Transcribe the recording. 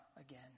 again